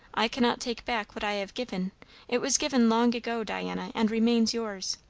i cannot take back what i have given it was given long ago, diana, and remains yours.